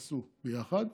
עשו ביחד.